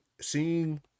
seeing